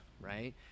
right